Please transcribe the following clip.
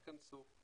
תיכנסו,